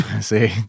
See